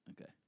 Okay